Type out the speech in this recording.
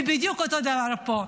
בדיוק אותו דבר פה.